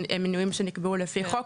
מינויים שנקבעו על פי חוק.